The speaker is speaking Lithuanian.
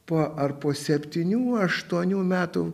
po ar po septynių aštuonių metų